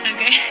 Okay